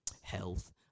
health